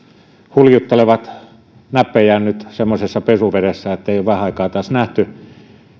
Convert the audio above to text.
huljuttelevat näppejään nyt semmoisessa pesuvedessä että ei ole vähään aikaan taas nähty